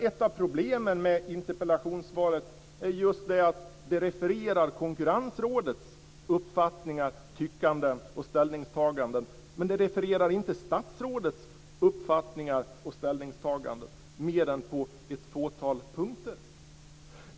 Ett av problemen med interpellationssvaret är just att det refererar Konkurrensrådets uppfattningar, tyckanden och ställningstaganden, men det refererar inte statsrådets uppfattningar och ställningstaganden mer än på ett fåtal punkter.